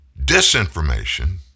Disinformation